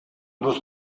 was